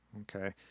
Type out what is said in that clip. Okay